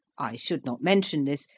i should not mention this,